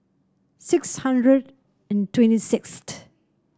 six hundred and twenty sixth